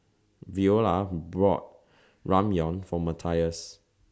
Veola brought Ramyeon For Matias